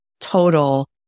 total